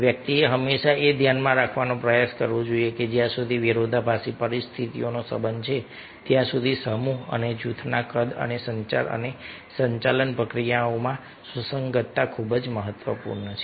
વ્યક્તિએ હંમેશા એ ધ્યાનમાં રાખવાનો પ્રયાસ કરવો જોઈએ કે જ્યાં સુધી વિરોધાભાસી પરિસ્થિતિઓનો સંબંધ છે ત્યાં સુધી સમૂહ અને જૂથના કદ અને સંચાર અને સંચાલન પ્રક્રિયામાં સુસંગતતા ખૂબ જ મહત્વપૂર્ણ છે